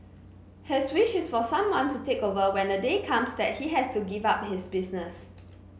his wish is for someone to take over when the day comes that he has to give up his business